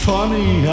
Funny